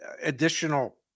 additional